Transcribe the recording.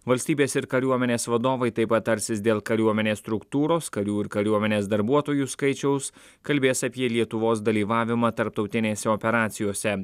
valstybės ir kariuomenės vadovai taip pat tarsis dėl kariuomenės struktūros karių ir kariuomenės darbuotojų skaičiaus kalbės apie lietuvos dalyvavimą tarptautinėse operacijose